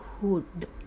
hood